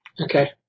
Okay